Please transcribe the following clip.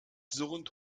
surrend